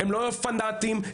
לא פנאטיים,